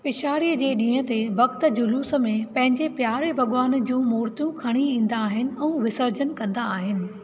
पिछाड़ीअ जे ॾींहं ते भक्त जुलूस में पंहिंजे प्यारे भॻवान जूं मूर्तियूं खणी ईंदा आहिनि ऐं विसर्जन कंदा आहिनि